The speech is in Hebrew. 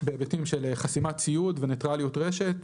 בהיבטים של חסימת ציוד ונטרליות רשת.